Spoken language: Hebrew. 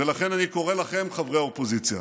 ולכן אני קורא לכם, חברי האופוזיציה,